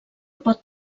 pot